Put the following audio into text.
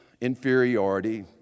inferiority